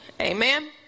Amen